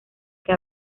que